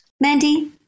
Mandy